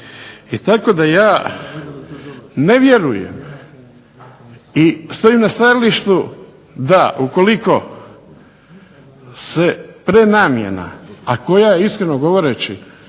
Tako da ja ne vjerujem i stojim na stajalištu da ukoliko se prenamjena, a koja iskreno govoreći